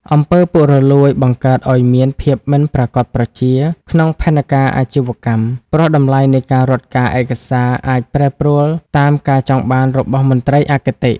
អំពើពុករលួយ បង្កើតឱ្យមាន "ភាពមិនប្រាកដប្រជា" ក្នុងផែនការអាជីវកម្ម ព្រោះតម្លៃនៃការរត់ការឯកសារអាចប្រែប្រួលតាមការចង់បានរបស់មន្ត្រីអគតិ។